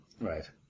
Right